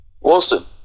Wilson